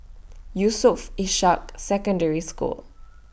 Yusof Ishak Secondary School